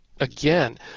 again